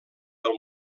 del